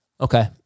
Okay